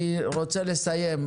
אני רוצה לסיים.